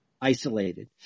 isolated